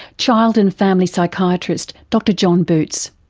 child and family psychiatrist, dr john boots.